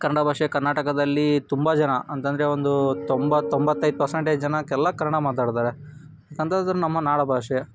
ಕನ್ನಡ ಭಾಷೆ ಕರ್ನಾಟಕದಲ್ಲಿ ತುಂಬ ಜನ ಅಂತಂದರೆ ಒಂದು ತೊಂಬತ್ತು ತೊಂಬತ್ತೈದು ಪರ್ಸಂಟೇಜ್ ಜನಕ್ಕೆಲ್ಲ ಕನ್ನಡ ಮಾತಾಡ್ತಾರೆ ನಮ್ಮ ನಾಡ ಭಾಷೆ